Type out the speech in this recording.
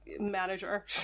manager